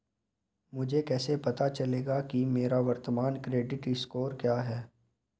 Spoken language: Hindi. मुझे कैसे पता चलेगा कि मेरा वर्तमान क्रेडिट स्कोर क्या है?